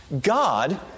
God